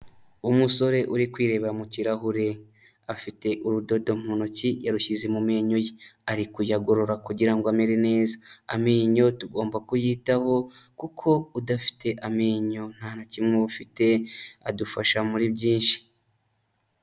Umusore uri kwirebabera mu kirahure, afite urudodo mu ntoki yarushyize mu menyo ye. Ari kuyagorora kugira ngo amere neza. Amenyo tugomba kuyitaho kuko udafite amenyo nta na kimwe uba ufite, adufasha muri byinshi.